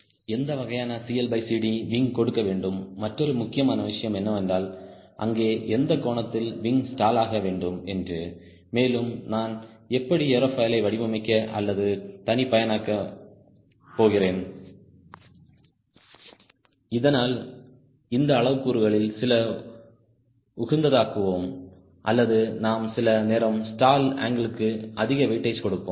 எந்த வகையான CLCD wing கொடுக்க வேண்டும் மற்றொரு முக்கியமான விஷயம் என்னவென்றால் அங்கே எந்த கோணத்தில் விங் ஸ்டாலாக வேண்டும் என்றுமேலும் நான் எப்படி ஏரோஃபாயிலை வடிவமைக்க அல்லது தனிப்பயனாக்க போகிறேன் என்று இதனால் இந்த அளவுருக்களில் சில உகந்ததாக்குவோம் அல்லது நாம் சில நேரம் ஸ்டால் அங்கிளுக்கு அதிக வெயிட்டேஜ் கொடுப்போம்